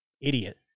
idiot